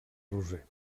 roser